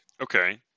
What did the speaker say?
Okay